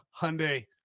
Hyundai